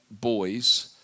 boys